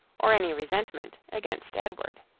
or any resentment against edward.